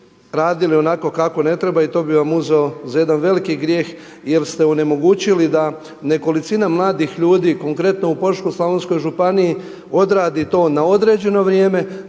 radili onako kako ne treba i to bi vam uzeo za jedan veliki grijeh jer ste onemogućili da nekolicina mladih ljudi konkretno u Požeško-slavonskoj županiji odradi to na određeno vrijeme,